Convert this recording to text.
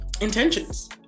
intentions